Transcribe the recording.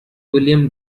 william